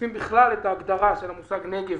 בכלל את ההגדרה של המושג "נגב"